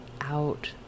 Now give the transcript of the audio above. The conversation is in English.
out